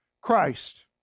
Christ